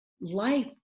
life